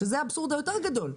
שזה האבסורד היותר גדול,